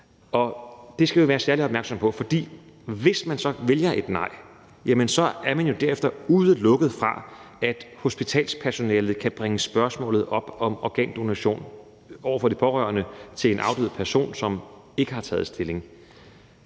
og det skal vi være særlig opmærksomme på. For hvis man så vælger et nej, er det jo derefter udelukket, at hospitalspersonalet kan bringe spørgsmålet om organdonation op over for de pårørende til en afdød person, som ikke har taget stilling.